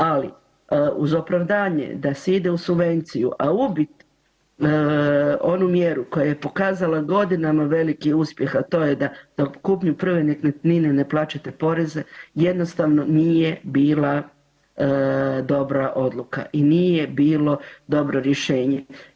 Ali uz opravdanje da se ide u subvenciju, a ubit onu mjeru koja je pokazala godinama veliki uspjeh, a to je da na kupnju prve nekretnine ne plaćate poreze, jednostavno nije bila dobra odluka i nije bilo dobro rješenje.